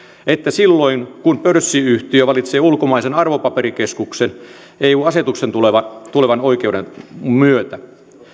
ja silloin kun pörssiyhtiö valitsee ulkomaisen arvopaperikeskuksen eu asetukseen tulevan oikeuden myötä